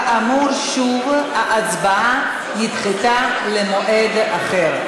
כאמור, ההצבעה נדחתה למועד אחר.